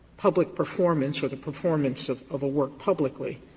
public performance or the performance of of a work publicly,